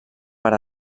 per